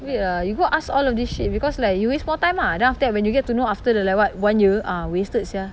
wait ah you go ask all of this shit because like you waste more time ah then after that when you get to know after the like what one year ah wasted sia